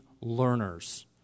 Learners